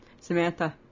Samantha